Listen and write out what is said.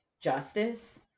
justice